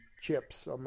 chips